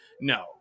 No